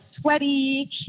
sweaty